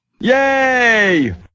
Yay